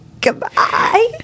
Goodbye